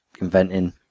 inventing